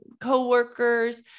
co-workers